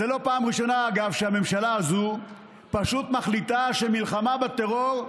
זו לא פעם ראשונה שהממשלה הזו פשוט מחליטה שמלחמה בטרור,